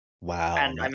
Wow